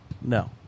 no